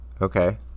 Okay